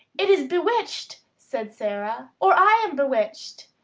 it is bewitched! said sara. or i am bewitched.